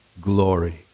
glory